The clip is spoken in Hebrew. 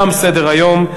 תם סדר-היום.